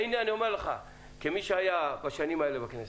הנה, אני אומר לך כמי שהיה בשנים האלו בכנסת: